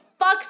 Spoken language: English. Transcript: fucks